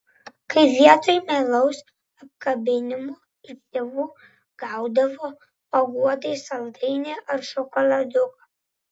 kai vietoj meilaus apkabinimo iš tėvų gaudavo paguodai saldainį ar šokoladuką